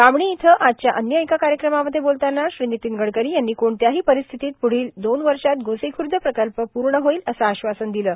बामणी इथं आजच्या अन्य एका कायक्रमामध्ये बोलताना र्णनतीन गडकरां यांनी कोणत्याही र्पारस्थितीत पुढाल दोन वषात गोसीखुद प्रकल्प पूण होईल अस आश्वासन र्दिलं